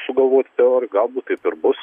sugalvoti teorijų galbūt taip ir bus